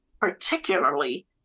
particularly